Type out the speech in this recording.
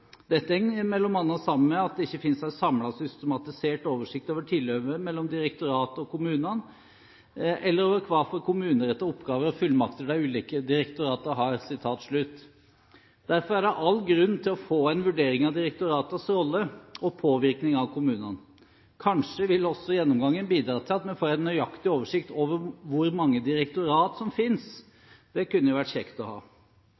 Dette heng mellom anna saman med at det ikkje finst ei samla, systematisert oversikt over tilhøvet mellom direktorata og kommunane, eller over kva for kommuneretta oppgåver og fullmakter dei ulike direktorata har.» Derfor er det all grunn til å få en vurdering av direktoratenes rolle og påvirkning på kommunene. Kanskje vil gjennomgangen også bidra til at vi får en nøyaktig oversikt over hvor mange direktorater som finnes – det kunne jo vært kjekt å ha.